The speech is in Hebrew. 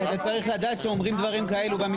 גם כשהיא עשתה לנו את הדברים האלה כי